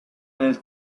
nel